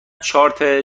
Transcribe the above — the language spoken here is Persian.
چارت